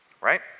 right